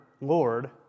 Lord